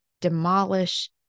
demolish